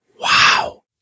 Wow